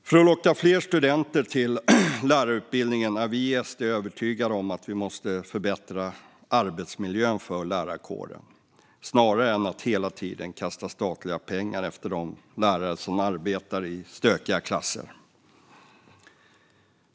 För att locka fler studenter till lärarutbildningen är vi i SD övertygade om att vi måste förbättra arbetsmiljön för lärarkåren snarare än att hela tiden kasta statliga pengar efter de lärare som arbetar i stökiga klasser.